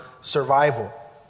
survival